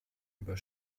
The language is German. über